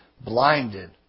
blinded